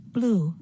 Blue